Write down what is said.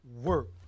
work